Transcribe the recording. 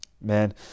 Man